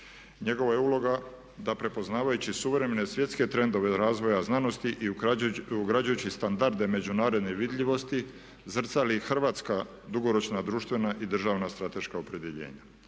Njegova je uloga da prepoznavajući suvremene svjetske trendove razvoja znanosti i ugrađujući standarde međunarodne vidljivosti zrcali hrvatska dugoročna društvena i državna strateška opredjeljenja.